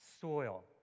soil